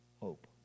hope